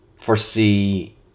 foresee